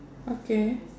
okay